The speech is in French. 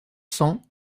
cents